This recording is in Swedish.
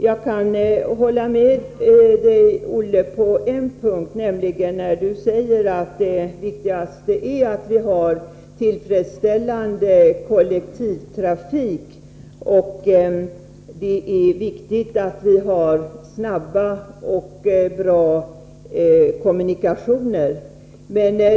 Jag kan hålla med Olle Östrand på en punkt, nämligen att det viktigaste är att vi har tillfredsställande kollektivtrafik och att det är viktigt att vi har snabba och bra kommunikationer.